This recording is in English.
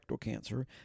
cancer